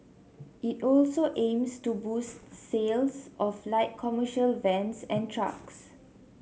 it also aims to boost sales of light commercial vans and trucks